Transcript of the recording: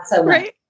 Right